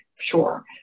sure